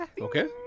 Okay